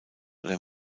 oder